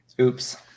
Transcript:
Oops